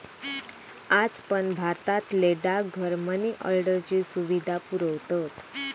आज पण भारतातले डाकघर मनी ऑर्डरची सुविधा पुरवतत